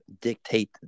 dictate